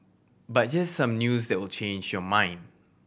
but here's some news that will change your mind